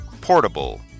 Portable